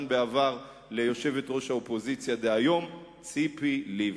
בעבר ליושבת-ראש האופוזיציה דהיום ציפי לבני.